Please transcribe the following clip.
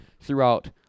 throughout